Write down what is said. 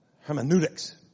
Hermeneutics